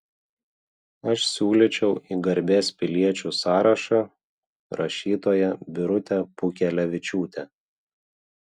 aš siūlyčiau į garbės piliečių sąrašą rašytoją birutę pūkelevičiūtę